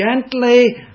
gently